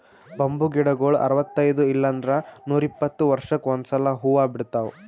bamboo ಗಿಡಗೊಳ್ ಅರವತೈದ್ ಇಲ್ಲಂದ್ರ ನೂರಿಪ್ಪತ್ತ ವರ್ಷಕ್ಕ್ ಒಂದ್ಸಲಾ ಹೂವಾ ಬಿಡ್ತಾವ್